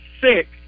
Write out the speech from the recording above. six